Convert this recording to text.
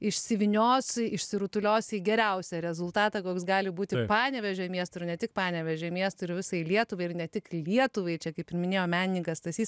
išsivynios išsirutulios į geriausią rezultatą koks gali būti panevėžio miestui ir ne tik panevėžio miestui ir visai lietuvai ir ne tik lietuvai čia kaip ir minėjo menininkas stasys